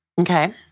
Okay